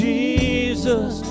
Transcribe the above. Jesus